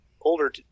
older